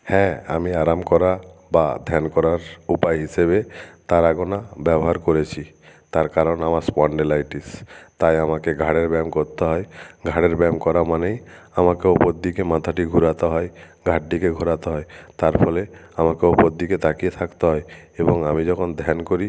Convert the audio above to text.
হ্যাঁ আমি আরাম করা বা ধ্যান করার উপায় হিসেবে তারা গোনা ব্যবহার করেছি তার কারণ আমার স্পন্ডেলাইটিস তাই আমাকে ঘাড়ের ব্যায়াম করতে হয় ঘাড়ের ব্যায়াম করা মানেই আমাকে ওপর দিকে মাথাটি ঘুরাতে হয় ঘাড়টিকে ঘোরাতে হয় তার ফলে আমাকে ওপর দিকে তাকিয়ে থাকতে হয় এবং আমি যখন ধ্যান করি